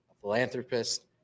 philanthropist